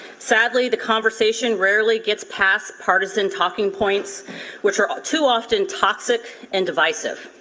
sadly, the conversation rarely gets passed partisan talking points which are too often toxic and divisive.